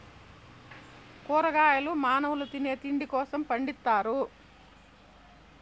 కూరగాయలు మానవుల తినే తిండి కోసం పండిత్తారు